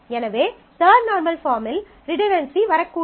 எனவே third normal பாஃர்ம்மில் redundancy வரக்கூடும்